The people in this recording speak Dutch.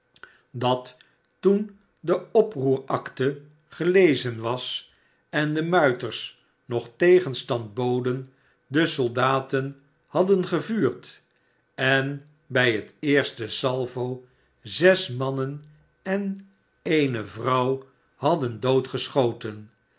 dat toen de oproeracte gelezen was en de muiters nog tegenstand boden de soldaten hadden gevuurd en bij het eerste salvo zes mannen en eene vrouw hadden doodgeschoten